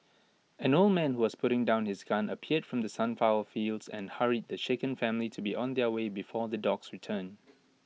an old man who was putting down his gun appeared from the sunflower fields and hurried the shaken family to be on their way before the dogs return